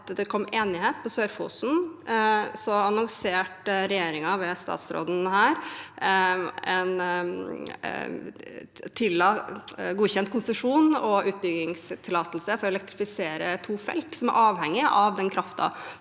det ble enighet med Sør-Fosen, annonserte regjeringen, ved stats råden her, godkjent konsesjon og utbyggingstillatelse for å elektrifisere to felt som er avhengig av kraften